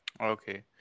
Okay